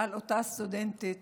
על אותה סטודנטית